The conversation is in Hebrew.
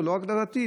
ולא רק את הדתי,